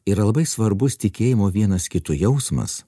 yra labai svarbus tikėjimo vienas kitu jausmas